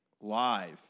live